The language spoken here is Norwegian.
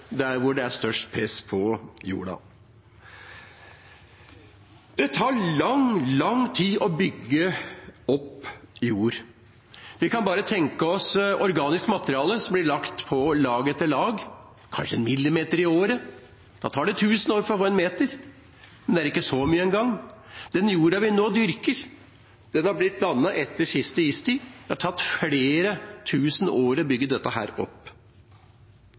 hvor det er størst press på jorda. Det tar lang, lang tid å bygge opp jord. Vi kan bare tenke oss at om organisk materiale blir lagt lag på lag med kanskje én millimeter i året, tar det tusen år å få én meter. Men det er ikke så mye engang. Den jorda vi nå dyrker, har blitt dannet etter siste istid. Det har tatt flere tusen år å bygge opp dette.